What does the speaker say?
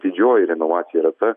didžioji renovacija yra ta